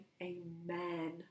Amen